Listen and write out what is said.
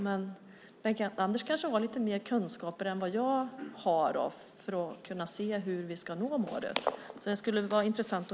Bengt-Anders kanske har mer kunskap än jag så att han kan se hur vi ska nå målet.